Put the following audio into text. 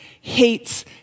hates